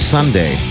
Sunday